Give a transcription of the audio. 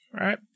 right